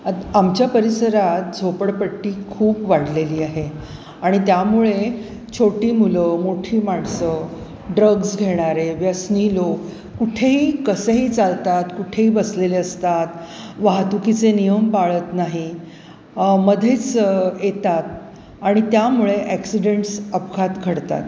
आमच्या परिसरात झोपडपट्टी खूप वाढलेली आहे आणि त्यामुळे छोटी मुलं मोठी माणसं ड्रग्स घेणारे व्यस्नी लोक कुठेही कसेही चालतात कुठेही बसलेले असतात वाहतुकीचे नियम पाळत नाही मधेच येतात आणि त्यामुळे ॲक्सिडेंट्स अपखात खडतात